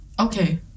Okay